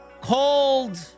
called